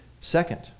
Second